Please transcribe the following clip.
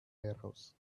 warehouse